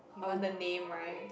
you want the name right